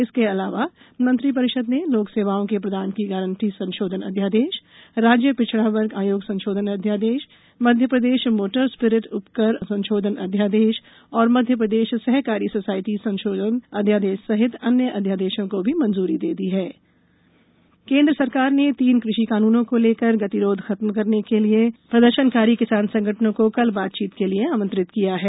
इसके अलावा मंत्रिपरिषद ने लोक सेवाओं के प्रदान की गारंटी संशोधन अध्यादेश राज्य पिछड़ा वर्ग आयोग संशोधन अध्यादेश मध्यप्रदेश मोटर स्पिरिट उपकर संशोधन अध्यादेश और मध्यप्रदेश सहकारी सोसाइटी संशोधन अध्यादेशसहित अन्य अध्यादेशों को भी मंजूरी दे दी किसान बातचीत केन्द्र सरकार ने तीन कृषि कानूनों को लेकर गतिरोध खत्म करने के लिए प्रदर्शनकारी किसान संगठनों को कल बातचीत के लिए आमंत्रित किया है